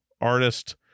artist